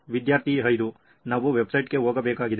ವಿದ್ಯಾರ್ಥಿ 5 ನಾವು ವೆಬ್ಸೈಟ್ಗೆ ಹೋಗಬೇಕಾಗಿದೆ